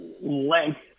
length